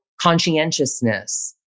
conscientiousness